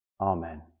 Amen